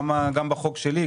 גם בחוק שלי,